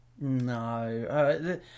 no